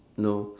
no